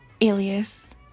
alias